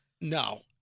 No